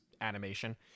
animation